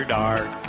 dark